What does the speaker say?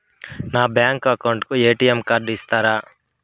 నా bank account కు ATM card ఇస్తారా